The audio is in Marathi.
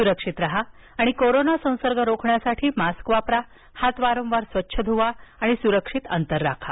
सुरक्षित राहा आणि कोरोना संसर्ग रोखण्यासाठी मास्क वापरा हात वारंवार स्वच्छ धुवा सुरक्षित अंतर ठेवा